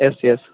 yes yes